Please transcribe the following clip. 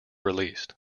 released